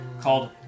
called